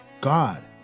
God